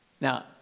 Now